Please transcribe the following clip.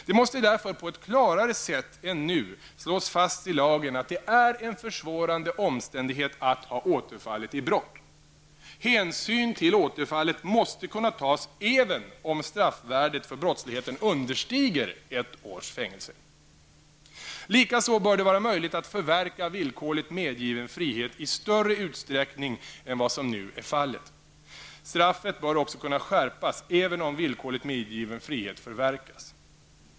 Det måste därför på ett klarare sätt än nu slås fast i lagen att det är en försvårande omständighet att ha återfallit i brott. Hänsyn till återfallet måste kunna tas även om straffvärdet för brottsligheten understiger ett års fängelse. Likaså bör det vara möjligt att förverka villkorligt medgiven frihet i större utsträckning än vad som nu är fallet. Straffet bör också kunna skärpas även om villkorligt medgiven frihet förverkas.